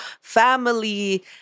family